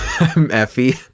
Effie